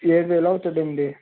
ఏడువేలు అవుతుంది అండి